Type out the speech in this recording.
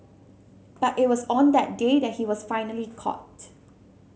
but it was on that day that he was finally caught